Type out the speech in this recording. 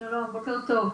בוקר טוב.